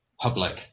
public